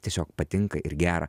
tiesiog patinka ir gera